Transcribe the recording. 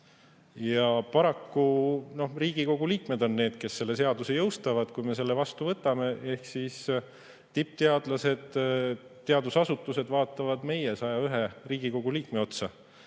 Ja paraku Riigikogu liikmed on need, kes selle seaduse jõustavad. Kui me selle vastu võtame, siis tippteadlased, teadusasutused vaatavad meie, 101 Riigikogu liikme otsa,